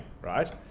right